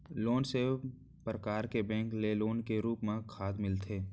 कोन से परकार के बैंक ले लोन के रूप मा खाद मिलथे?